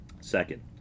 Second